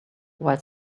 while